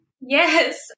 Yes